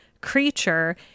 creature